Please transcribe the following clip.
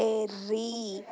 terry